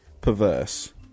perverse